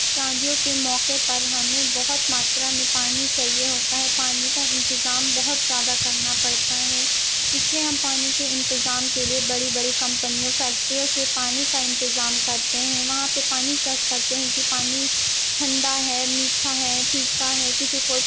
شادیوں کے موقعے پر ہم نے بہت ماترا میں پانی چاہیے ہوتا ہے پانی کا انتظام بہت زیادہ کرنا پڑتا ہے اس لیے ہم پانی کے انتظام کے لیے بڑی بڑی کمپنیوں فیکٹریوں سے پانی کا انتظام کرتے ہیں وہاں پہ پانی شیک کرتے ہیں کہ پانی ٹھنڈا ہے میٹھا ہے پھیکا ہے کسی کو